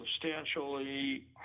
substantially